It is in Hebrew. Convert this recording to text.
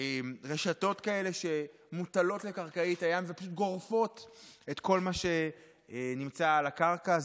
רשתות שמוטלות לקרקעית הים וגורפות את כל מה שנמצא על הקרקע.